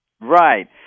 Right